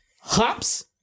hops